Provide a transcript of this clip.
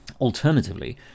Alternatively